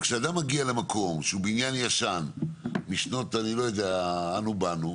כשאדם מגיע למקום שהוא בניין ישן משנת אנו באנו,